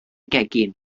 gegin